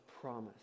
promise